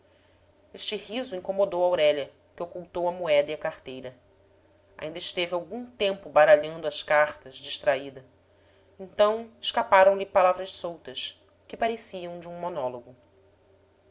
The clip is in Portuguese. este riso incomodou aurélia que ocultou a moeda e a carteira ainda esteve algum tempo baralhando as cartas distraída então escaparam lhe palavras soltas que pareciam de um monólogo